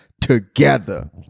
together